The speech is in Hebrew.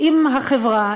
עם החברה,